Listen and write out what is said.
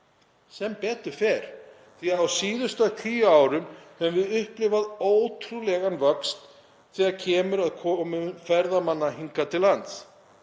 sem betur fer, því að á síðustu tíu árum höfum við upplifað ótrúlegan vöxt þegar kemur að komu ferðamanna hingað til lands.